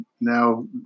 now